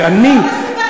שאני,